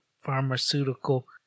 pharmaceutical